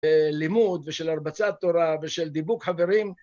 לימוד ושל הרבצת תורה, ושל דיבוק חברים.